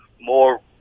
more